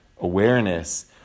awareness